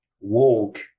walk